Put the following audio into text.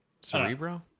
Cerebro